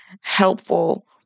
helpful